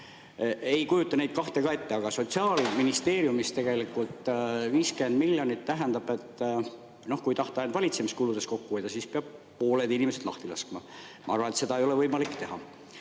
Ei kujuta ka [esimest] kahte ette, aga Sotsiaalministeeriumis tegelikult 50 miljonit tähendab, kui tahta ainult valitsemiskuludes kokku hoida, et peab pool inimestest lahti laskma. Ma arvan, et seda ei ole võimalik teha.